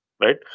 right